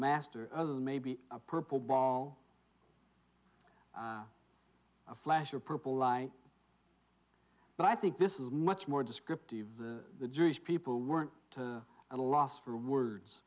master other than maybe a purple ball a flash or purple lie but i think this is much more descriptive of the jewish people weren't at a loss for words